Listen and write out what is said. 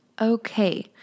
Okay